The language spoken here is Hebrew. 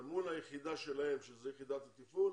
אבל מול היחידה שלהם, שזו יחידה התפעול